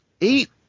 eight